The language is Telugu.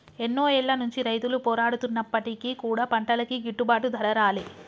ఎన్నో ఏళ్ల నుంచి రైతులు పోరాడుతున్నప్పటికీ కూడా పంటలకి గిట్టుబాటు ధర రాలే